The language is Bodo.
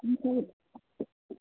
ओमफ्राय